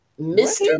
mr